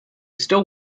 still